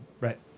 right